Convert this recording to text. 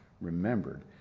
remembered